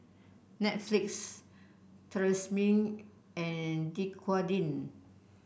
Netflix Tresemme and Dequadin